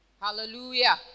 Hallelujah